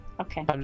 Okay